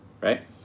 right